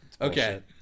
Okay